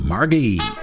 Margie